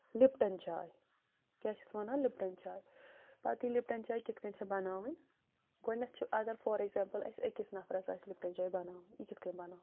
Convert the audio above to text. Lipton چاے کیٛاہ چھِس وَنان لِپٹَن چاے پَتہٕ یہِ لِپٹَن چاے کِتھ کٔنۍ چھےٚ بناوٕنۍ گۄڈٕنٮ۪تھ چھِ اگر فار ایٚکزامپُل اسہِ أکِس نَفَرَس آسہِ لِپٹَن چاے بناوٕنۍ یہِ کِتھ کٔنۍ بناوَو